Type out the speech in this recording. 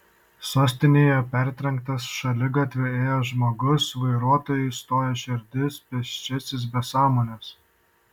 sostinėje partrenktas šaligatviu ėjęs žmogus vairuotojui stoja širdis pėsčiasis be sąmonės